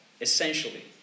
essentially